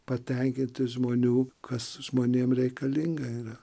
patenkinti žmonių kas žmonėms reikalinga yra